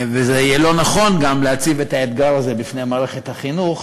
ויהיה לא נכון גם להציב את האתגר הזה בפני מערכת החינוך,